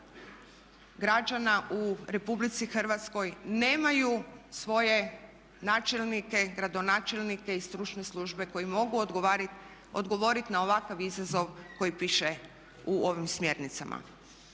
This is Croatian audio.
građana u RH nemaju svoje načelnike, gradonačelnike i stručne službe koje mogu odgovoriti na ovakav izazov koji piše u ovim smjernicama.